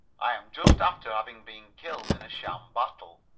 i am just after having been killed in a sham battle,